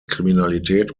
kriminalität